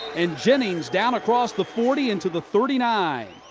and jennings down across the forty, into the thirty nine.